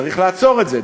צריך לעצור את זה,